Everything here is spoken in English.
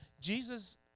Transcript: Jesus